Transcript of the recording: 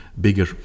bigger